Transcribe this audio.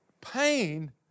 pain